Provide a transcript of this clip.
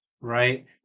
Right